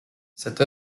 cette